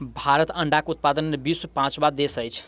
भारत अंडाक उत्पादन मे विश्वक पाँचम देश अछि